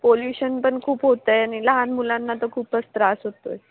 pollution पण खूप होत आहे आणि लहान मुलांना तर खूपच त्रास होतो आहे